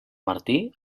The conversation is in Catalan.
martí